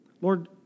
Lord